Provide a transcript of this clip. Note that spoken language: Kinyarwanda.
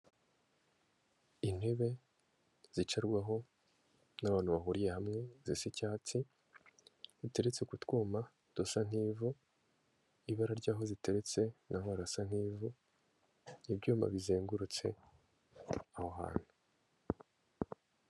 Intebe zicarwaho n'abantu bahuriye hamwe zisa icyatsi, ziteretse ku twuma dusa nk'ivu, ibara ry'aho ziteretse naho harasa nk'ivu, ibyuma bizengurutse aho hantu.